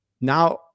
now